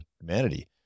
humanity